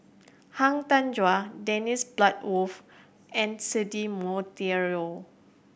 Han Tan Juan Dennis Bloodworth and Cedric Monteiro